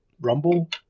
rumble